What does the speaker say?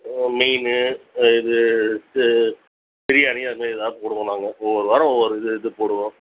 மீன் இது இது பிரியாணி அதுமாரி எதாவது போடுவோம் நாங்கள் ஒவ்வொரு வாரம் ஒவ்வொரு இது இது போடுவோம்